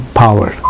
power